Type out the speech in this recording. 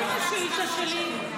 מה עם השאילתה שלי?